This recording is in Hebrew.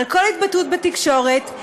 על כל התבטאות בתקשורת,